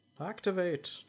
Activate